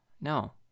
No